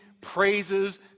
praises